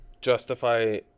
justify